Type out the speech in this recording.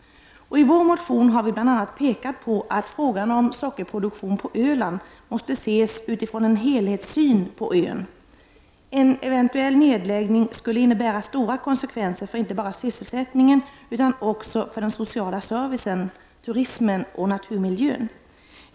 I vår motion har vi bl.a. pekat på att frågan om sockerproduktionen på Öland måste ses utifrån en helhetssyn på ön. En eventuell nedläggning skulle innebära stora konsekvenser inte bara för sysselsättningen utan också för den sociala servicen, turismen och naturmiljön.